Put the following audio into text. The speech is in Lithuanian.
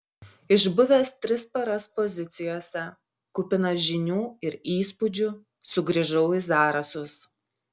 išbuvęs tris paras pozicijose kupinas žinių ir įspūdžių sugrįžau į zarasus